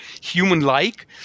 human-like